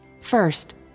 First